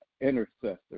intercessor